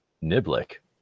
Niblick